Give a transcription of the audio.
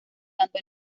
tanto